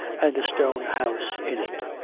and a stone house in it.